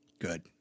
Good